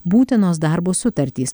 būtinos darbo sutartys